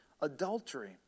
Adultery